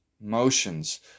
motions